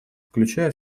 включая